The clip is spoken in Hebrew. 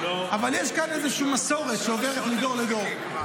אבל יש כאן איזושהי מסורת שעוברת מדור לדור.